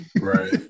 right